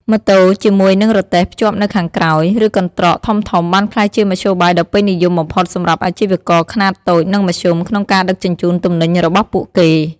ម៉ូតូជាមួយនឹងរទេះភ្ជាប់នៅខាងក្រោយ ឬកន្ត្រកធំៗបានក្លាយជាមធ្យោបាយដ៏ពេញនិយមបំផុតសម្រាប់អាជីវករខ្នាតតូចនិងមធ្យមក្នុងការដឹកជញ្ជូនទំនិញរបស់ពួកគេ។